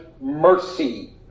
Mercy